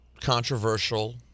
controversial